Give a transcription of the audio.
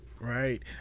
right